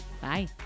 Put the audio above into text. Bye